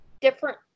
different